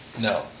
No